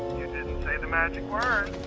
say the magic word.